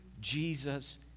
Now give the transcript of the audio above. Jesus